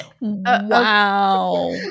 Wow